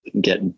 get